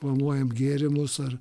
planuojam gėrimus ar